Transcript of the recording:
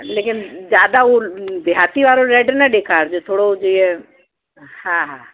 लेकिन ज़्यादा उहो देहाती वारो रैड न ॾेखारिजो थोरो जीअं हा हा